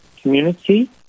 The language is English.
community